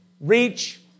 Reach